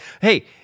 Hey